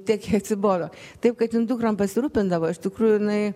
tiek atsibodo taip kad ten dukrom pasirūpindavo iš tikrųjų jinai